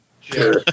sure